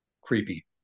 Creepy